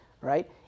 right